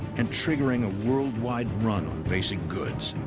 and triggering a worldwide run on basic goods.